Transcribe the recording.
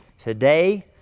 Today